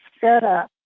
setup